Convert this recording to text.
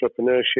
entrepreneurship